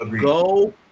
Go